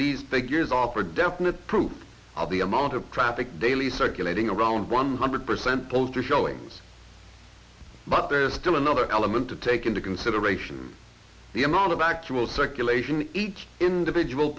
these figures offer definite proof of the amount of traffic daily circulating around one hundred percent poster showings but there is still another element to take into consideration the amount of actual circulation each individual